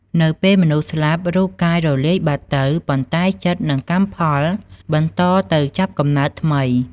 នៅពេលមនុស្សស្លាប់ រូបកាយរលាយបាត់ទៅ ប៉ុន្តែចិត្តនិងកម្មផលបន្តទៅចាប់កំណើតថ្មី។